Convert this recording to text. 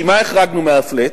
כי מה החרגנו מה-flat?